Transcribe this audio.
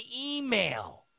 email